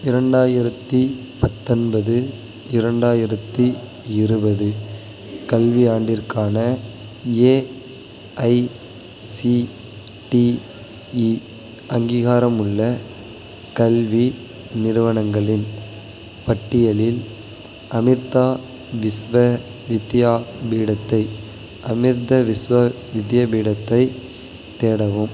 இரண்டாயிரத்தி பத்தொன்பது இரண்டாயிரத்தி இருபது கல்வியாண்டிற்கான ஏஐசிடிஇ அங்கீகாரமுள்ள கல்வி நிறுவனங்களின் பட்டியலில் அமிர்தா விஸ்வ வித்யாபீடத்தை அமிர்த விஸ்வ வித்யபீடத்தை தேடவும்